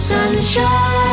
Sunshine